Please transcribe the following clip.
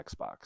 Xbox